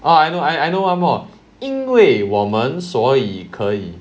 oh I know I I know one more 因为我们所以可以